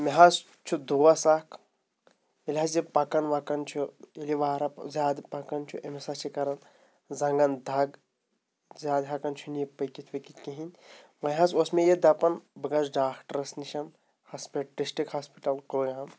مےٚ حظ چھُ دوس اَکھ ییٚلہِ حظ یہِ پَکان وَکان چھُ ییٚلہِ یہِ وارٕ زیادٕ پَکان چھُ أمِس حظ چھِ کَران زنٛگَن دَگ زیادٕ ہٮ۪کان چھُنہٕ یہِ پٔکِتھ ؤکِتھ کِہیٖنۍ وۄنۍ حظ اوس مےٚ یہِ دَپان بہٕ گژھٕ ڈاکٹٕرَس نِش ہَسپہِ ڈسٹِک ہاسپِٹَل کوٚیہِ ہَم